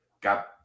got